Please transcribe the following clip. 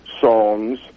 songs